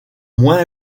moins